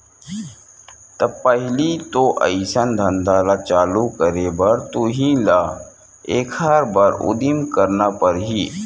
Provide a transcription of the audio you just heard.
त पहिली तो अइसन धंधा ल चालू करे बर तुही ल एखर बर उदिम करना परही